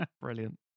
Brilliant